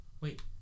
Wait